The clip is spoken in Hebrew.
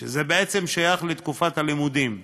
שזה בעצם שייך לתקופת הלימודים.